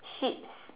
sheep